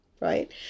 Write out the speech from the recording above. right